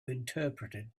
interpreted